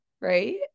right